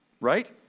right